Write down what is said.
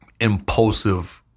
impulsive